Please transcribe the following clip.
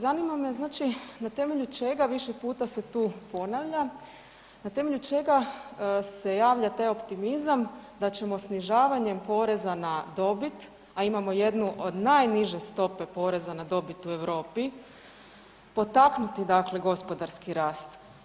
Evo, zanima me, znači na temelju čega, više puta se tu ponavlja, na temelju čega se javlja taj optimizam da ćemo snižavanjem poreza na dobit, a imamo jednu od najniže stope poreza na dobit u Europi potaknuti dakle gospodarski rast.